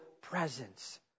presence